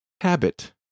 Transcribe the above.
Habit